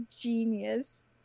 genius